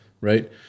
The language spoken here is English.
right